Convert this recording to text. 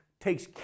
takes